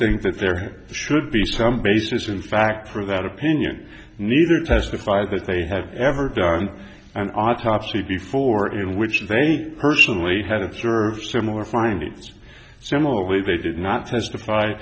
think that there should be some basis in fact for that opinion neither testified that they have ever done an autopsy before in which they personally had observed similar findings similarly they did not testify